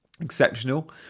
Exceptional